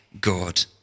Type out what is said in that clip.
God